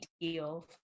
deal